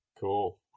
Cool